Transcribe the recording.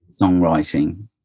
songwriting